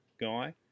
guy